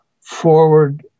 forward